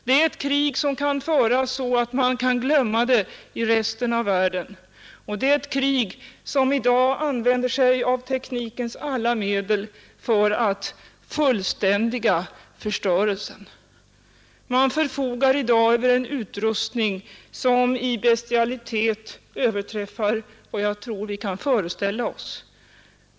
Det är ett krig som kan föras så att man kan glömma det i resten av världen. Det är ett krig där man använder teknikens alla medel för att fullständiga förstörelsen. Man förfogar i dag över en utrustning som i bestialitet överträffar vad jag tror vi kan föreställa oss.